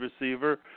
receiver